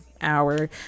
hour